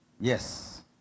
Yes